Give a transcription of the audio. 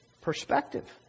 perspective